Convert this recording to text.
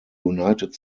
united